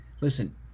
Listen